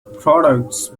products